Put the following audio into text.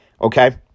okay